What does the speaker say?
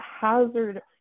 hazard